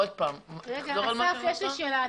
יש לי שאלה.